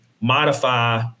modify